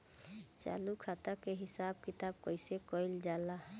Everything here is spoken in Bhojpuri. चालू खाता के हिसाब किताब कइसे कइल जाला?